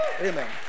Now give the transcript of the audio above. Amen